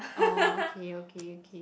orh okay okay okay okay